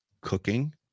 cooking